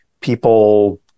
people